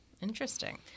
Interesting